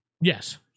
Yes